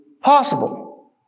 possible